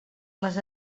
les